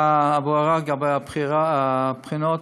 לגבי הבחינות,